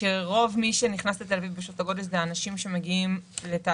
שרוב מי שנכנס לתל אביב בשעות הגודש זה אנשים שמגיעים לתעסוקה.